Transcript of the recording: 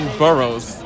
boroughs